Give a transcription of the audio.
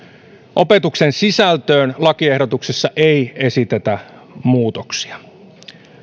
opetuksen sisältöön lakiehdotuksessa ei esitetä muutoksia